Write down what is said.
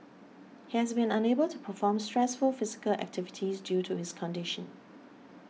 he has been unable to perform stressful physical activities due to his condition